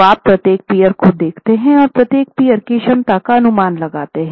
तो आप प्रत्येक पीअर को देखते हैं और प्रत्येक पीअर की क्षमता का अनुमान लगाते हैं